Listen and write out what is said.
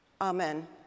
Amen